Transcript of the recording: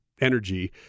energy